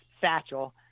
satchel